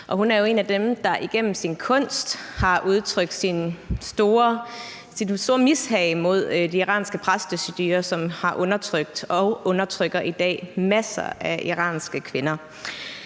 hun er en af dem, der igennem sin kunst har udtrykt sit store mishag mod det iranske præstestyre, som har undertrykt og i dag undertrykker masser af iranske kvinder.